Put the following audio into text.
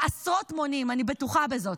עשרות מונים, אני בטוחה בזאת,